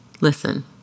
Listen